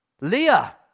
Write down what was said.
Leah